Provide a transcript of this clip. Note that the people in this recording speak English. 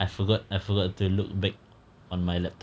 I forgot I forgot to look back on my laptop